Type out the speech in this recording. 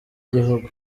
by’igihugu